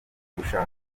gushaka